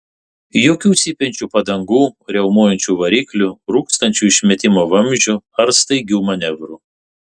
jokių cypiančių padangų riaumojančių variklių rūkstančių išmetimo vamzdžių ar staigių manevrų